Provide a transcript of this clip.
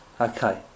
Okay